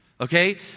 Okay